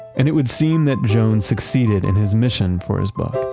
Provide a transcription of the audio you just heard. and it would seem that jones succeeded in his mission for his book.